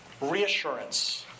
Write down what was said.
reassurance